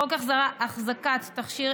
חוק החזקת תכשיר